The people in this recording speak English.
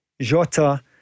Jota